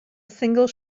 single